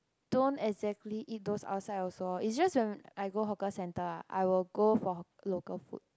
don't exactly eat those outside also loh it just when I go hawker center I will go for local food